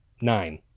Nine